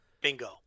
Bingo